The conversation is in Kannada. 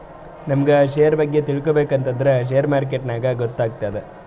ನಮುಗ್ ಶೇರ್ ಬಗ್ಗೆ ತಿಳ್ಕೋಬೇಕು ಅಂದ್ರ ಶೇರ್ ಮಾರ್ಕೆಟ್ ನಾಗೆ ಗೊತ್ತಾತ್ತುದ